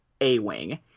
A-Wing